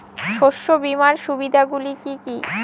শস্য বিমার সুবিধাগুলি কি কি?